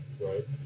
right